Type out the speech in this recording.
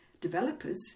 developers